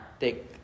take